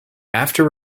after